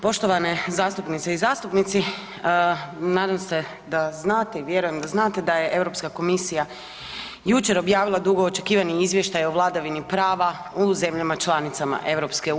Poštovane zastupnice i zastupnici nadam se da znate i vjerujem da znate da je Europska komisija jučer objavila dugo očekivani izvještaj o vladavini prava u zemljama članicama EU.